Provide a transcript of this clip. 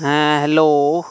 ᱦᱮᱸ ᱦᱮᱞᱳ